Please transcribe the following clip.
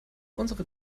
unsere